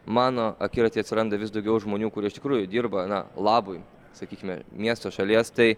mano akiratyje atsiranda vis daugiau žmonių kurie iš tikrųjų dirba na labui sakykime miesto šalies tai